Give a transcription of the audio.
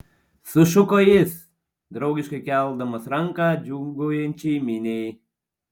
sušuko jis draugiškai keldamas ranką džiūgaujančiai miniai